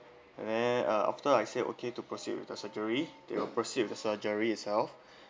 and then uh after I say okay to proceed with the surgery they were proceed the surgery itself